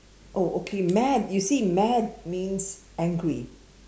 oh okay mad you see mad means angry